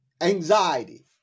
anxiety